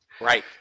Right